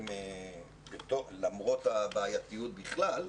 למרות שהבעייתיות בכלל,